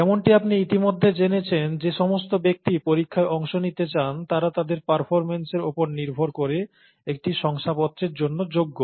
যেমনটি আপনি ইতিমধ্যে জেনেছেন যে সমস্ত ব্যক্তি পরীক্ষায় অংশ নিতে চান তারা তাদের পারফরম্যান্সের উপর নির্ভর করে একটি শংসাপত্রের জন্য যোগ্য